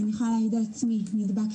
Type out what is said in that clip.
עבד יחד עם עובדת סוציאלית תעסוקתית שליוותה